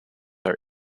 are